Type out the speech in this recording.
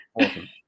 Awesome